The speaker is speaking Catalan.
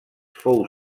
fou